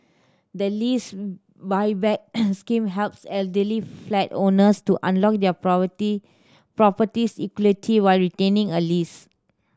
the Lease Buyback Scheme helps elderly flat owners to unlock their property's equity while retaining a lease